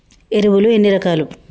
ఎరువులు ఎన్ని రకాలు?